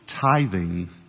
Tithing